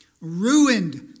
Ruined